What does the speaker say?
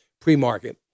pre-market